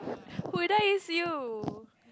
Huda is you